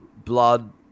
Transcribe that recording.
blood